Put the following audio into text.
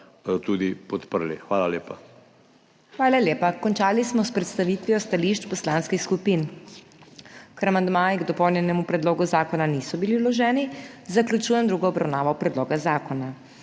MAG. MEIRA HOT:** Hvala lepa. Končali smo s predstavitvijo stališč poslanskih skupin. Ker amandmaji k dopolnjenemu predlogu zakona niso bili vloženi, zaključujem drugo obravnavo predloga zakona.